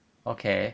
okay